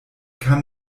kann